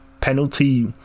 penalty